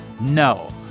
No